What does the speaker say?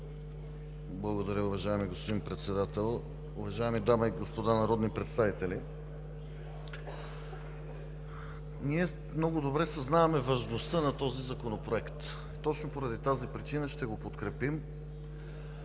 Благодаря, уважаеми господин Председател. Уважаеми дами и господа народни представители! Ние много добре съзнаваме важността на този законопроект. Точно поради тази причина ще го подкрепим.